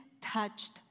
touched